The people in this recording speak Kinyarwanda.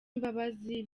imbabazi